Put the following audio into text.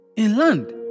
Inland